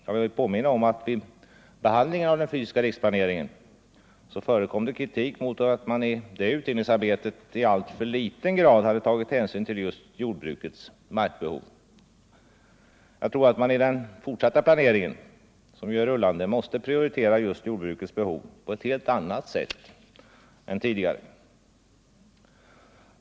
Jag vill påminna om att vid behandlingen av den fysiska riksplaneringen förekom det kritik mot att man i utredningsarbetet i alltför liten grad hade tagit hänsyn till just jordbrukets markbehov. Jag tror att man i den fortsatta rullande planeringen måste prioritera just jordbrukets behov på ett helt annat sätt än tidigare.